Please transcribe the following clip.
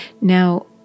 Now